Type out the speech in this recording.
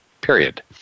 Period